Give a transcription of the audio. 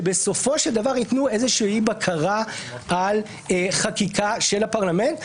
שבסופו של דבר ייתנו איזושהי בקרה על חקיקה של הפרלמנט,